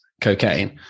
cocaine